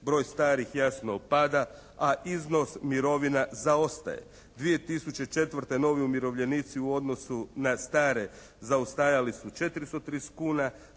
Broj starih jasno pada. A iznos mirovina zaostaje. 2004. novi umirovljenici u odnosu na stare zaostajali su 430 kuna.